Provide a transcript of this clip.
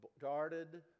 guarded